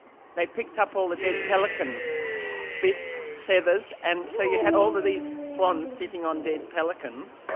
they picked up all the dead pelican bits, feathers, and so you had all of these swans sitting on dead pelicans,